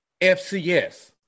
FCS